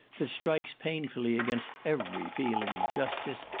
that strikes painfully against every feeling of justice,